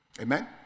Amen